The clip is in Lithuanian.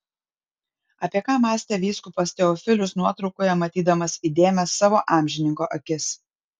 apie ką mąstė vyskupas teofilius nuotraukoje matydamas įdėmias savo amžininko akis